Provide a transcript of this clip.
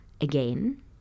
again